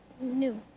new